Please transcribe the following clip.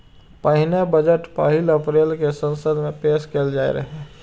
पहिने बजट पहिल अप्रैल कें संसद मे पेश कैल जाइत रहै